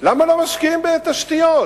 למה לא משקיעים בתשתיות?